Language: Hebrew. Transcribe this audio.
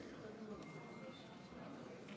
אני, עמר בר לב, דור תשיעי